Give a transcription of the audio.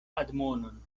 admonon